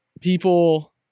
people